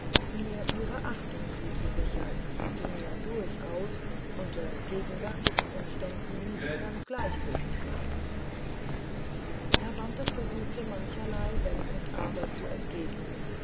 mir ihre achtung zuzusichern die mir durchaus unter gegenwärtigen umständen nicht ganz gleichgültig bleibt herr bantes versuchte mancherlei wenn und aber zu entgegnen